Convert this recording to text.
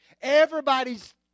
everybody's